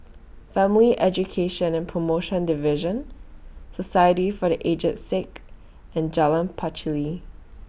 Family Education and promotion Division Society For The Aged Sick and Jalan Pacheli